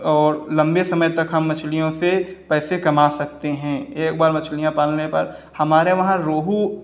और लंबे समय तक हम मछलियों से पैसे कमा सकते हैं एक बार मछलियाँ पालने पर हमारे वहाँ रोहू